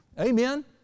amen